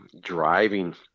driving